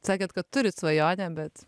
sakėt kad turit svajonę bet